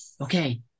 Okay